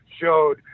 showed